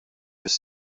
fis